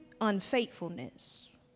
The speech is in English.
unfaithfulness